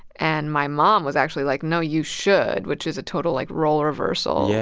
and my mom was actually like, no, you should, which is a total, like, role reversal. yeah